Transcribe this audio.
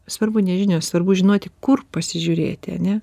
svarbu ne žinios svarbu žinoti kur pasižiūrėti ane